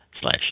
slash